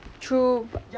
true